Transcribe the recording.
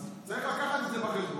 אז צריך להביא את זה בחשבון.